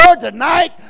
tonight